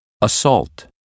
assault